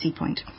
Seapoint